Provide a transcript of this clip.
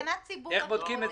תקנת ציבור, איך הוא בודק?